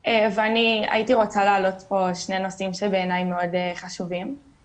כל המבחנים יוצאים חופפים ולפעמים אחד עושה חצי מבחן בטלפון,